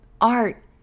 art